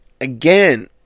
again